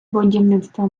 будівництва